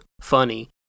funny